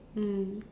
mm